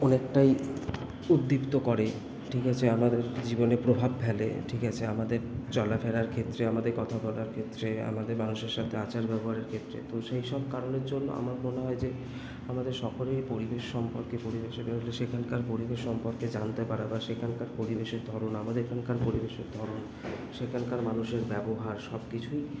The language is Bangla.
অনেকটাই উদ্দিপ্ত করে ঠিক আছে আমাদের জীবনে প্রভাব ফেলে ঠিক আছে আমাদের চলা ফেরার ক্ষেত্রে আমাদের কথা বলার ক্ষেত্রে আমাদের মানুষের সাথে আচার ব্যবহারের ক্ষেত্রে তো সেই সব কারণের জন্য আমার মনে হয় যে আমাদের সকলের পরিবেশ সম্পর্কে পরিবেশে বেরোলে সেখানকার পরিবেশ সম্পর্কে জানতে পারা বা সেখানকার পরিবেশের ধরন আমাদের এখানকার পরিবেশের ধরন সেখানকার মানুষের ব্যবহার সব কিছুই